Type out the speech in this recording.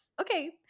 Okay